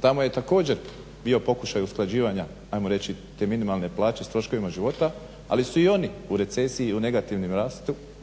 tamo je također bio pokušaj usklađivanja ajmo reći te minimalne plaće s troškovima života, ali su i oni u recesiji i u